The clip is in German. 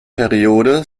periode